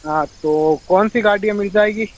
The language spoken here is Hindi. हाँ तो कौनसी गाड़ियाँ मिल जाएगी